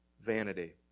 vanity